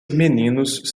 meninos